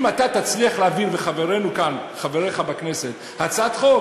אם אתה וחבריך בכנסת תצליחו להעביר הצעת חוק